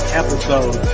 episode